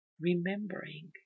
remembering